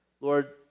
Lord